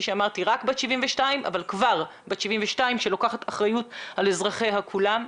רק בת 72 אבל כבר בת 72 שלוקחת אחריות על אזרחיה כולם.